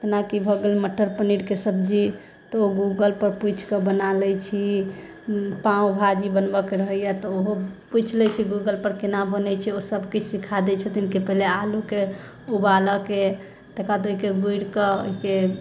जेना की भए गेल मटर पनीरके सब्जी तऽ ओ गूगल पर पूछिकऽ बना लै छी पाव भाजी बनबऽके रहैया तऽ ओहो पूछि लै छी गूगल पर केना बनैत छै ओसब किछु सीखा दै छथिन कि पहिले आलूके उबालऽके तकर बाद ओहिके गूड़िकऽ